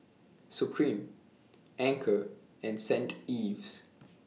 Supreme Anchor and Stain Ives